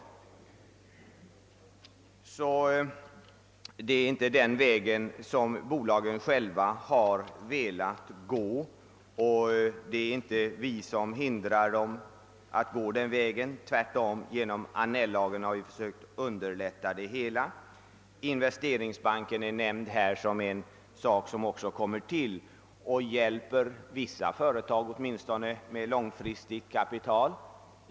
Det är alltså inte den vägen som bolagen själva har velat gå, och det är inte vi som hindrar dem att göra nyemissioner. Vi har tvärtom genom Annell-lagen försökt underlätta dessa. Investeringsbanken har nämnts i sammanhanget. Den hjälper åtminstone vissa företag med långfristigt kapital.